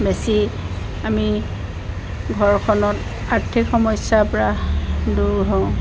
বেচি আমি ঘৰখনত আৰ্থিক সমস্যাৰ পৰা দূৰ হওঁ